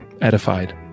edified